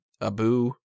Abu